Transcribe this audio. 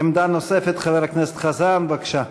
עמדה נוספת, חבר הכנסת חזן, בבקשה.